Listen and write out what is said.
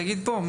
תגיד פה.